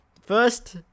First